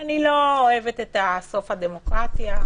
אני לא אוהבת את "סוף הדמוקרטיה"